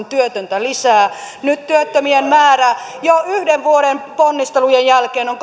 työtöntä lisää nyt työttömien määrä jo yhden vuoden ponnistelujen jälkeen on